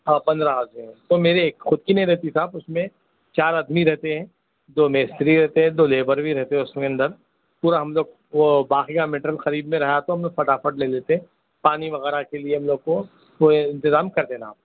ہاں پندرہ آدمی ہیں تو میرے خود کی نہیں رہتی صاحب اُس میں چار آدمی رہتے ہیں دو مستری رہتے ہیں دو لیبر بھی رہتے اُس میں اندر پورا ہم لوگ وہ باقی کا میٹیریل خریدنے رہا تو ہم لوگ پھٹاپھٹ لے لیتے پانی وغیرہ کے لیے ہم لوگ کو کوئی انتظام کر دینا آپ